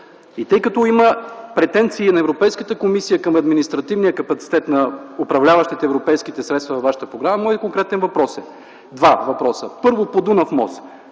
Тъй като има претенции на Европейската комисия към административния капацитет на управляващите европейските средства във Вашата програма, моите два конкретни въпроса са: първо, по Дунав мост